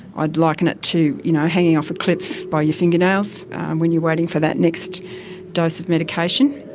i'd liken it to you know hanging off a cliff by your fingernails when you're waiting for that next dose of medication.